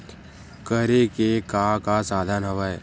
करे के का का साधन हवय?